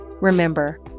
Remember